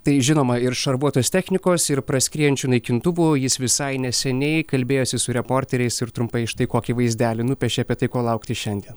tai žinoma ir šarvuotos technikos ir praskriejančių naikintuvų jis visai neseniai kalbėjosi su reporteriais ir trumpai štai kokį vaizdelį nupiešė apie tai ko laukti šiandien